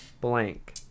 blank